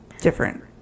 different